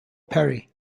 perry